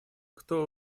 кто